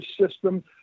system